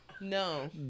no